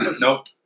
Nope